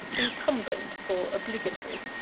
incumbent for obligatory.